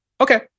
Okay